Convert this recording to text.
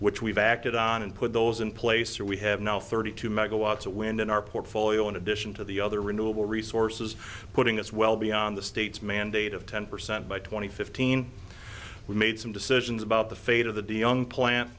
which we've acted on and put those in place or we have now thirty two megawatts of wind in our portfolio in addition to the other renewable resources putting us well beyond the state's mandate of ten percent by two thousand and fifteen we made some decisions about the fate of the dion plant